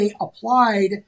applied